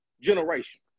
generation